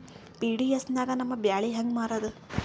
PDS ನಾಗ ನಮ್ಮ ಬ್ಯಾಳಿ ಹೆಂಗ ಮಾರದ?